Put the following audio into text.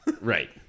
Right